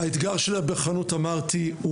האתגר של ההיבחנות אמרתי,